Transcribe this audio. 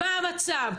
מה המצב,